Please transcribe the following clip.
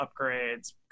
upgrades